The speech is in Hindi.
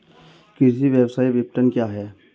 कृषि व्यवसाय विपणन क्या है?